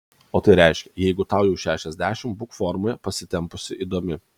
o tai reiškia jeigu tau jau apie šešiasdešimt būk formoje pasitempusi įdomi